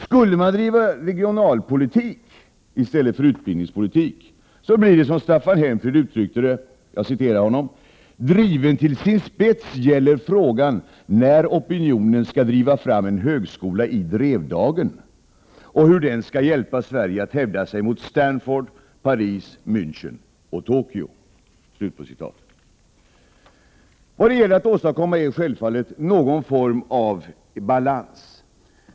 Om man bedriver regionalpolitik i stället för utbildningspolitik blir det som Staffan Helmfrid uttrycker det: ”Driven till sin spets gäller frågan när opinionen skall driva fram en högskola i Drevdagen — och hur den skall hjälpa Sverige att hävda sig mot Stanford, Paris, Mänchen och Tokyo.” Det gäller självfallet att åstadkomma någon form av balans.